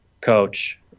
coach